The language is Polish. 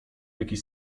jakiś